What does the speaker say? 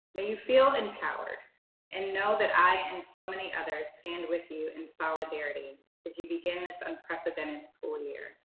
may you feel empowered and know that i and so many others stand with you in solidarity as you begin this unprecedented school year.